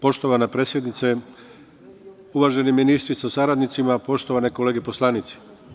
Poštovana predsednice, uvaženi ministri sa saradnicima, poštovane kolege poslanici.